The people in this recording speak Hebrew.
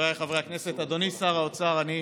חבריי חברי הכנסת, אדוני שר האוצר, אני